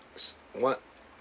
s~ one